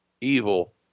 evil